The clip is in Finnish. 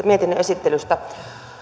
mietinnön esittelystä